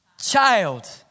child